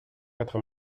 quatre